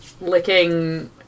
licking